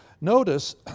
notice